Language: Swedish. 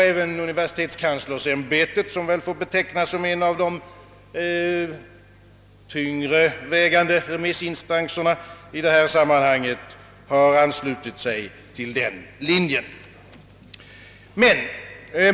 Även universitetskanslersämbetet, som väl får betecknas som en av de tyngre vägande remissinstanserna i detta sammanhang, har anslutit sig till den linjen.